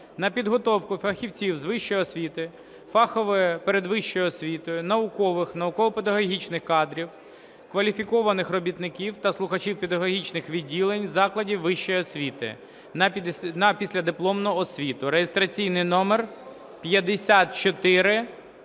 на підготовку фахівців з вищої освіти, фахової передвищої освіти, наукових, науково-педагогічних кадрів, кваліфікованих робітників та слухачів підготовчих відділень закладів вищої освіти, на післядипломну освіту (реєстраційний номер